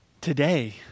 today